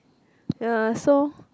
ya so